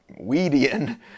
weedian